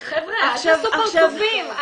חבר'ה, אל תעשו פרצופים.